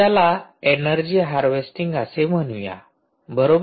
त्याला energy harvesting असे म्हणूया बरोबर